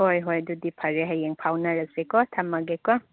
ꯍꯣꯏ ꯍꯣꯏ ꯑꯗꯨꯗꯤ ꯐꯔꯦ ꯍꯌꯦꯡ ꯐꯥꯎꯅꯔꯁꯦꯀꯣ ꯊꯝꯃꯒꯦꯀꯣ